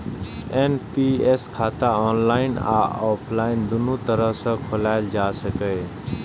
NPS खाता online आ offline, दुनू तरह सं खोलाएल जा सकैए